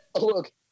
look